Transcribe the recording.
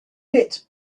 bit